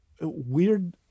weird